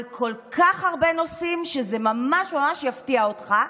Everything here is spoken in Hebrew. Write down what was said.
כל כך הרבה נושאים שזה ממש ממש יפתיע אותך,